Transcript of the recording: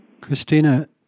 Christina